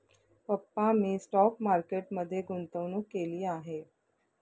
पप्पा मी stock market मध्ये गुंतवणूक केली आहे